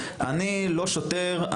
אני לא שוטר,